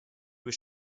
was